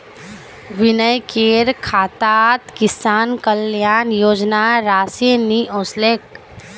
विनयकेर खातात किसान कल्याण योजनार राशि नि ओसलेक